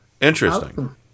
Interesting